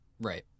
right